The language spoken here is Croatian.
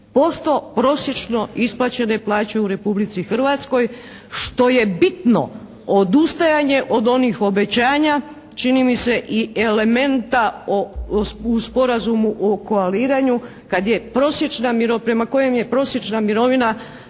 39% prosječno isplaćene plaće u Republici Hrvatskoj što je bitno odustajanje od onih obećanja, čini mi se i elementa u Sporazumu o koaliranju kad je prosječna, prema kojem je prosječna mirovina